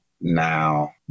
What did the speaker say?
Now